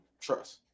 Trust